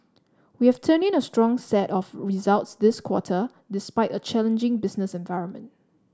we have turned in a strong set of results this quarter despite a challenging business environment